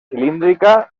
cilíndrica